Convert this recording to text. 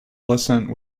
listened